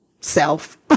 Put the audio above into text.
self